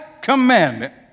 commandment